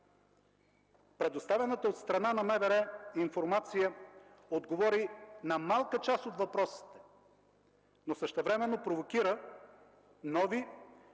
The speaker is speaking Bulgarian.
Предоставената от страна на МВР информация отговори на малка част от въпросите, но същевременно провокира нови